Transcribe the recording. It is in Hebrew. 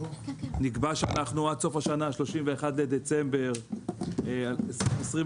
נקבע שעד סוף השנה, 31 בדצמבר 2023,